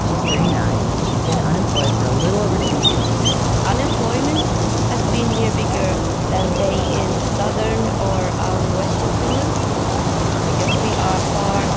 she's thirty nine and she's been unemployed for a little over two years unemployment has been here bigger than say in southern or um western finland because we are far